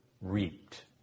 reaped